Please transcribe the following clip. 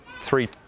three